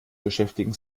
beschäftigen